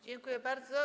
Dziękuję bardzo.